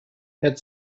had